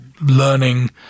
learning